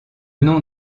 nom